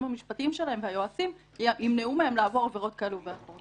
המשפטיים שלהם והיועצים ימנעו מהם לעבור עבירות כאלה ואחרות.